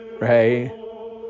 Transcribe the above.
right